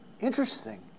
Interesting